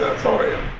thorium?